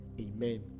Amen